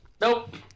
Nope